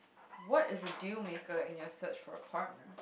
what is a deal maker in your search for a partner